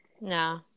no